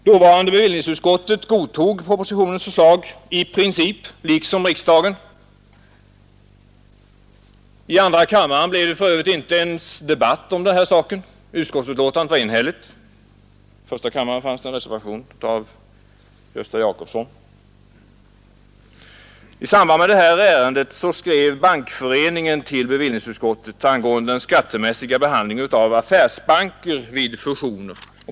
Dåvarande bevillningsutskottet godtog liksom riksdagen propositionens förslag i princip. I andra kammaren blev det för övrigt inte ens debatt om saken; utskottsbetänkandet var enhälligt. I första kammaren fanns en reservation av herr Gösta Jacobsson. I samband med ärendet skrev Bankföreningen till bevillningsutskottet angående den skattemässiga behandlingen av affärsbanker vid fusioner.